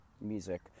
music